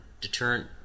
deterrent